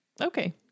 Okay